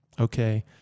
okay